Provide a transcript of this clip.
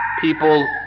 People